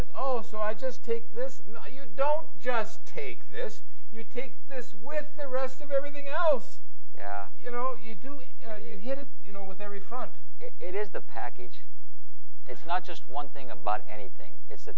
it oh so i just take this you don't just take this you take this with the rest of everything else you know you do you hit it you know with every front it is the package it's not just one thing about anything it's